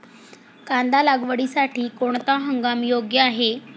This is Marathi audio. कांदा लागवडीसाठी कोणता हंगाम योग्य आहे?